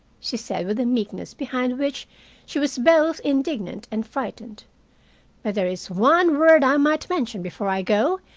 she said, with a meekness behind which she was both indignant and frightened. but there is one word i might mention before i go,